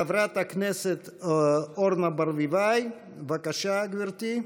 חברת הכנסת אורנה ברביבאי, בבקשה, גברתי.